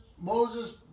Moses